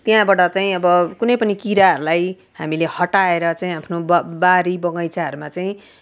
त्यहाँबाट चाहिँ अब कुनै पनि किराहरूलाई हामीले हटाएर चाहिँ आफ्नो ब बारी बगैँचाहरूमा चाहिँ